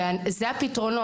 ואלה הפתרונות.